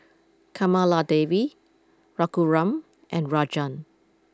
Kamaladevi Raghuram and Rajan